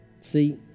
See